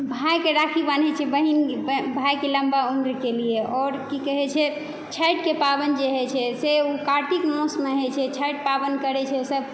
भाइके राखी बान्है छै बहीन भाइके लम्बा उम्रके लिए आओर की कहै छै छठिके पावनि जे होइ छै से ओ कार्तिक मासमे होइ छै छठि पावनि करै छै ओ सब